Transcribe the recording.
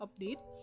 update